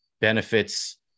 benefits